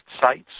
sites